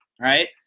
Right